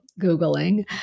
Googling